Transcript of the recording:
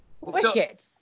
Wicked